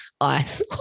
ice